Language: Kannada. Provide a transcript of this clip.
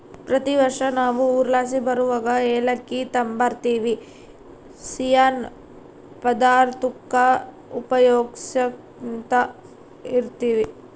ಪ್ರತಿ ವರ್ಷ ನಾವು ಊರ್ಲಾಸಿ ಬರುವಗ ಏಲಕ್ಕಿ ತಾಂಬರ್ತಿವಿ, ಸಿಯ್ಯನ್ ಪದಾರ್ತುಕ್ಕ ಉಪಯೋಗ್ಸ್ಯಂತ ಇರ್ತೀವಿ